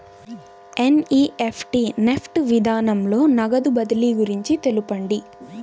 NEFT NEFT విధానంలో నగదు బదిలీ గురించి తెలుపండి?